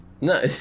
No